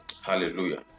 Hallelujah